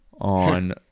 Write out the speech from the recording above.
on